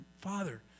Father